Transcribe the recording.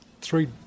three